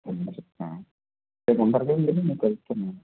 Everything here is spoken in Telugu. ఉండు అమ్మ చెప్తా రేపు ఉంటారు కదా మీరు నేను కలుస్తాను